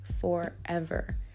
forever